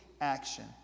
action